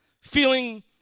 Feeling